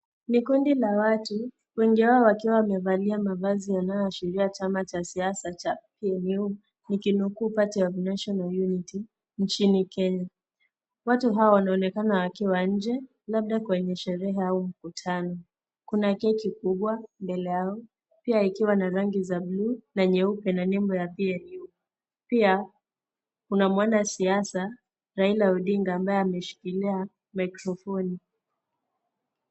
Ni kundi la watu , wengi wao wakiwa wamevalia mavazi yanayoashiria chama cha siasa cha PNU nikinukuu party of national unity nchini kenya. Watu hawa wanaonekana kuwa nje labda kwenye sherehe au mkutano. Kuna keki kubwa mbele yao pia ikiwa na rangi za bluu na nyeupe na lebo ya PNU. Pia kuna mwanasiasa Raila Odinga ambaye ameshikilia mikrofoni.